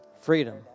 freedom